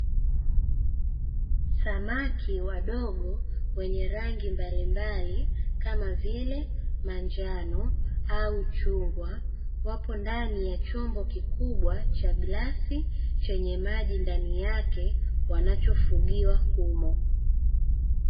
Samaki wadogo wenye rangi mbalimbali, kama vile manjano au chungwa, wapo ndani ya chombo kikubwa cha glasi, chenye maji ndani yake wanachofugiwa humo.